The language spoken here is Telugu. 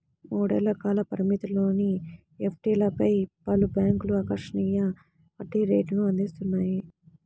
మూడేళ్ల కాల పరిమితిలోని ఎఫ్డీలపై పలు బ్యాంక్లు ఆకర్షణీయ వడ్డీ రేటును అందిస్తున్నాయి